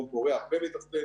דרום קוריאה הרבה מתחתינו,